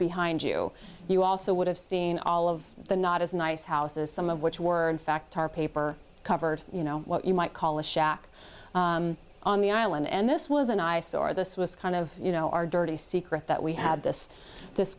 behind you you also would have seen all of the not as nice houses some of which were in fact tar paper covered you know what you might call a shack on the island and this was an eyesore this was kind of you know our dirty secret that we had this this